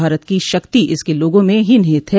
भारत की शक्ति इसके लोगों में ही निहित है